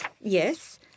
Yes